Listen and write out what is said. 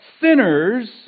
sinners